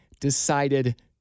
decided